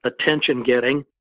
attention-getting